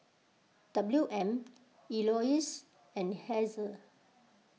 W M Elouise and Hazel